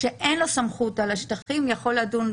איך בית משפט מחוזי שאין לו סמכות על השטחים יכול לדון?